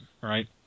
right